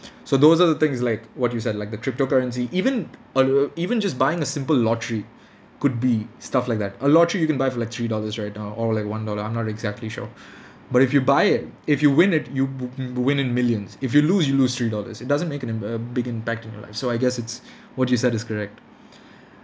so those are the things like what you said like the crypto currency even t~ uh even just buying a simple lottery could be stuff like that a lottery you can buy for like three dollars right now or like one dollar I'm not exactly sure but if you buy it if you win it you boo~ boo~ win in millions if you lose you lose three dollars it doesn't make an im~ uh a big impact in your life so I guess it's what you said is correct